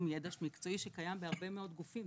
ידע מקצועי שקיים בהרבה מאוד גופים,